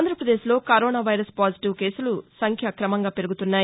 ఆంధ్రప్రదేశ్లో corona virus positive కేసుల సంఖ్య క్రమంగా పెరుగుతున్నాయి